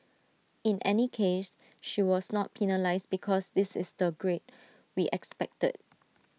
in any case she was not penalised because this is the grade we expected